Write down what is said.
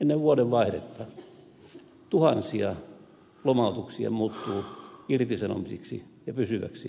ennen vuodenvaihdetta tuhansia lomautuksia muuttuu irtisanomisiksi ja pysyväksi työttömyydeksi